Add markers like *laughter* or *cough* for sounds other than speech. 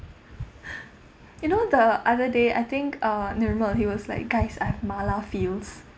*breath* you know the other day I think uh nermal he was like guys I have mala feels